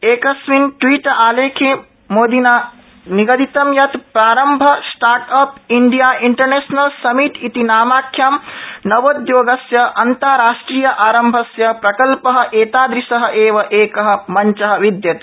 एकस्मिन् ट्वीटालेख्ये मोदिना निगदितं यत् प्रारम्भ स्टार्टअप इन्डिया इन्टरनेशनल समिट नामाख्यं नवोद्योगस्य आन्ताराष्ट्रिया आरम्भस्य प्रकल्प एतादृश एव एक मञ्च विद्यते